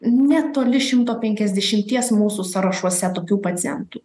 netoli šimto penkiasdešimties mūsų sąrašuose tokių pacientų